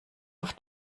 auf